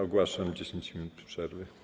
Ogłaszam 10 minut przerwy.